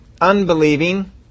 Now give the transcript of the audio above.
unbelieving